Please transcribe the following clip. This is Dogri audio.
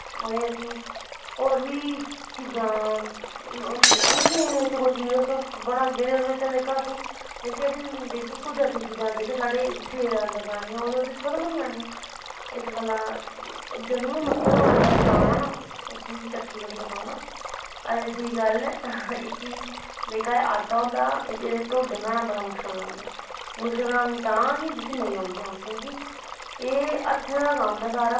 एह् असेंगी होर बी चाजां मशीन बिच्च कोई चीज बनागे ते उस बिच्च असेंगी जेह्की साढ़ी कुदरती चीजां न जेह्की साढ़ी सेह्त च जानिया ओह्दे च खत्म होई जंनियां इस गल्ला जदूं बी मक्के दा आटा पयाहनी ऐ ना उसी चक्का बिच्च पसाना अदे दुई गल्ल इसी जेह्का ढोडे बनाने दा कम्म बड़ा मुश्कल ऐ मुश्कल तां कि जिसी नेईं औंदे होन एह् हत्थें जदा कम्म ऐ सारा